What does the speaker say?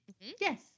Yes